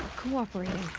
cooperating.